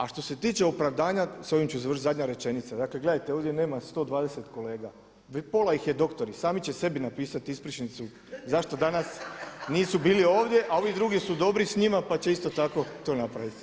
A što se tiče opravdanja, s ovim ću završiti, zadnja rečenica, dakle gledajte, ovdje nema 120 kolega, pola ih je doktori, sami će sebi napisati ispričnicu zašto danas nisu bili ovdje a ovi drugi su dobri s njima pa će isto tako to napraviti.